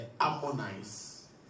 Ammonites